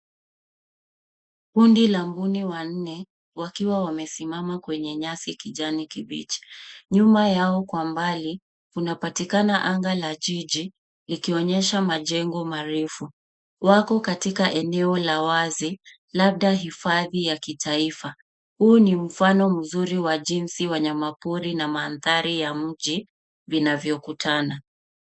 Kundi la mbuni wanne, wakiwa wamesimama kwenye nyasi kijani kibichi. Nyuma yao kwa mbali inapatikana anga la jiji likionyesha majengo marefu. Wako katika eneo la wazi, labda hifadhi ya kitaifa. Huu ni mfano mzuri wa jinsi wanyama pori na mandhari ya mji vinavyokutana.